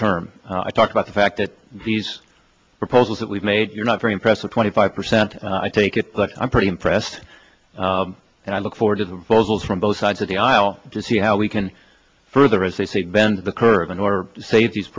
term i talk about the fact that these proposals that we've made you're not very impressed with twenty five percent i take it but i'm pretty impressed and i look forward to the vocals from both sides of the aisle to see how we can further as they say bend the curve in or save these